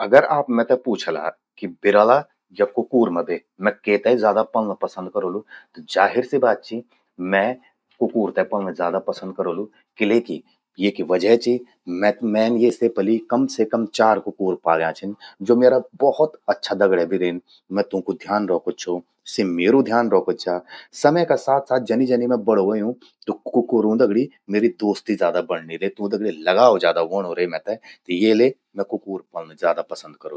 अगर आप मेते पूछला कि बिरला या कुकूर मां बे मैं केते ज्यादा पल्लं पसंद करोलु, त जाहिर सी बात चि कि मैं कुकूर ते पल्लं ज्यादा पसंद करोलु। किलेकि ये कि वजह चि मैन ये से पलि कम से कम चार कुकूर पाल्या छिन, ज्वो म्येरा भौत अच्छा दगड्या भी रेन। मैं तूंकु ध्यान रौखद छो, सि म्येरु ध्यान रौखद छा। समय का साथ साथ जनि जनि मैं बड़ू व्हयूं त कुकूरों दगड़ि म्येरि दोस्ती ज्यादा बण्णिं रे। तूं दड़ि लगाव ज्यादा व्होंणूं रे मेते। त येले मैं कुकूर पल्लं ज्यादा पसंद करोलु।